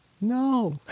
no